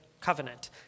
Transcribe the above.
covenant